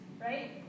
right